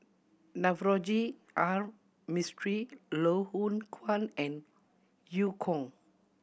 Navroji R Mistri Loh Hoong Kwan and Eu Kong